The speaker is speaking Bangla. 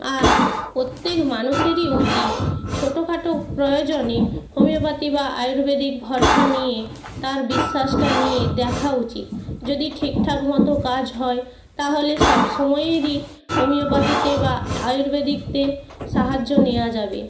আর প্রত্যেক মানুষেরই উচিত ছোট খাটো প্রয়োজনে হোমিওপ্যাথি বা আয়ুর্বেদিক ভরসা নিয়ে তার বিশ্বাসটা নিয়ে দেখা উচিত যদি ঠিকঠাক মতো কাজ হয় তাহলে সবসময়েরই হোমিওপ্যাথিতে বা আয়ুর্বেদিকতে সাহায্য নেওয়া যাবে